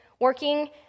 working